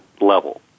level